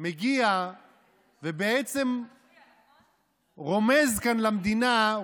מגיע ובעצם רומז כאן למדינה,